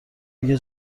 میگه